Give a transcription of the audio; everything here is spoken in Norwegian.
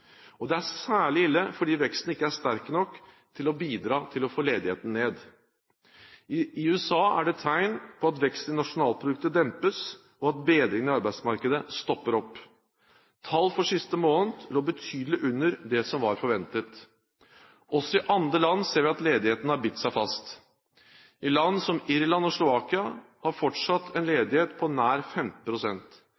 Det er særlig ille fordi veksten ikke er sterk nok til å bidra til å få ledigheten ned. I USA er det tegn til at veksten i nasjonalproduktet dempes, og at bedringen i arbeidsmarkedet stopper opp. Tall for siste måned lå betydelig under det som var forventet. Også i andre land ser vi at ledigheten har bitt seg fast. Land som Irland og Slovakia har fortsatt en